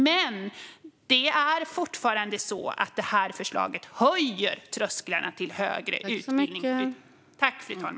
Dock är det fortfarande så att detta förslag höjer trösklarna till högre utbildning.